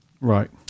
Right